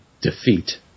defeat